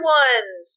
ones